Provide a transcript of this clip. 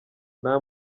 nta